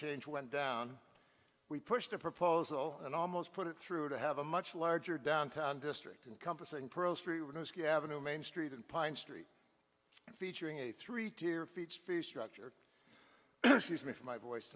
change went down we pushed a proposal and almost put it through to have a much larger downtown district encompassing avenue main street in pine street featuring a three tier feats for structure me for my voice